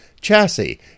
chassis